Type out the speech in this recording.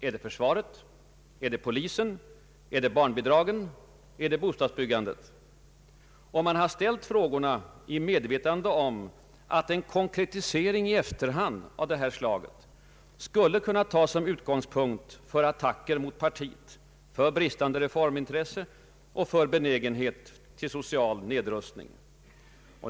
Är det försvaret? Är det polisen? är det barnbidragen? Är det bostadsbyggandet? Och man har ställt frågorna i medvetande om att en konkretisering i efterhand av det slaget skulle kunna tas som utgångspunkt för attacker på partiet för bristande reformintresse och benägenhet för socialt nedrustningsnit.